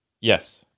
Yes